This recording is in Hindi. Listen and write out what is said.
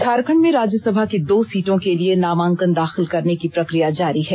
झारखंड में राज्यसभा की दो सीटों के लिए नामांकन दाखिल करने की प्रक्रिया जारी है